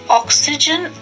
oxygen